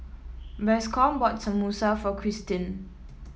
Bascom bought Samosa for Kirstin